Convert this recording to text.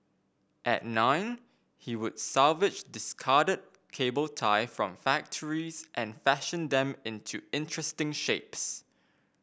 at nine he would salvage discarded cable tie from factories and fashion them into interesting shapes